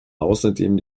außerdem